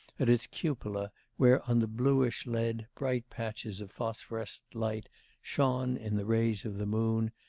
at its cupola, where on the bluish lead bright patches of phosphorescent light shone in the rays of the moon,